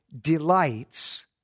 delights